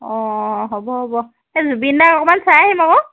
অ হ'ব হ'ব এই জুবিন দাক অকণমান চাই আহিম আকৌ